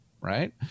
right